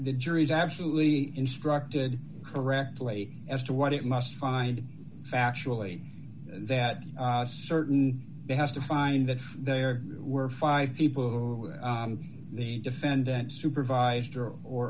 the jury's absolutely instructed correctly as to what it must find factually that certain they have to find that there were five people in the defendant supervised or